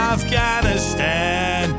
Afghanistan